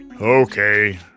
Okay